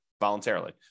voluntarily